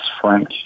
Frank